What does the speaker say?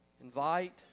invite